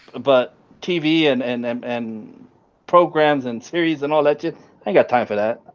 but tv and and um and programs and series and all that you got time for that?